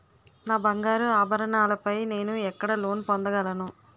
నా బంగారు ఆభరణాలపై నేను ఎక్కడ లోన్ పొందగలను?